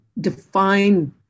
define